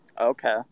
Okay